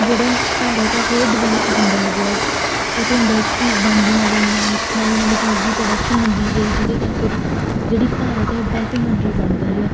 ਜਿਹੜਾ ਭਾਰਤ ਹੈ ਹੋਰ ਡਿਵੈਲਪ ਹੁੰਦਾ ਗਿਆ ਕਿਉਂਕਿ ਇੰਡਸਰੀਜ਼ ਬਣਦੀਆਂ ਗਈਆਂ ਨਵੀਂ ਨਵੀਂ ਚੀਜ਼ ਦੀ ਪ੍ਰੋਡਕਸ਼ਨ ਹੁੰਦੀ ਗਈ ਜਿਹਦੇ ਕਰਕੇ ਜਿਹੜੀ ਭਾਰਤ ਹੈ ਇਹ ਕੰਨਟਰੀ ਬਣਦਾ ਰਿਆ